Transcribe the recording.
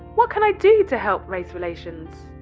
what can i do to help race relations?